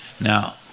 Now